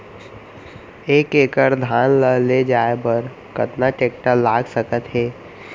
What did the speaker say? एक एकड़ धान ल ले जाये बर कतना टेकटर लाग सकत हे?